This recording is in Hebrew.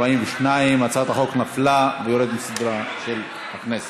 42. הצעת החוק נפלה ויורדת מסדר-היום של הכנסת.